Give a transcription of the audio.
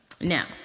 Now